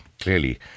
clearly